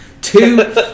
Two